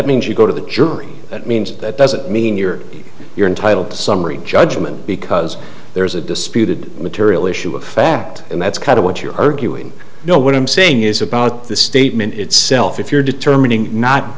that means you go to the jury that means that doesn't mean you're you're entitled to summary judgment because there's a disputed material issue of fact and that's kind of what you're arguing you know what i'm saying is about the statement itself if you're determining not